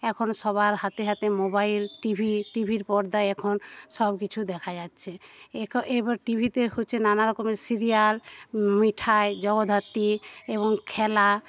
এখন সবার হাতে হাতে মোবাইল টিভি টিভির পর্দায় এখন সব কিছু দেখা যাচ্ছে এবার টিভিতে হচ্ছে নানারকমের সিরিয়াল মিঠাই জগদ্ধাত্রী এবং খেলা